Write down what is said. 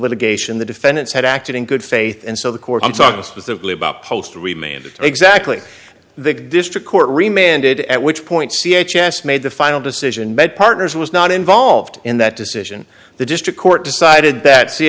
litigation the defendants had acted in good faith and so the court i'm talking specifically about post remained exactly the district court re minted at which point c h s made the final decision bed partners was not involved in that decision the district court decided that c